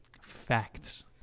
facts